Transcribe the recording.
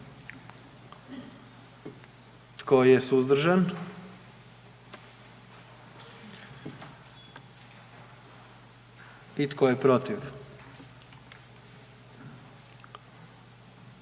Tko je suzdržan? I tko je protiv?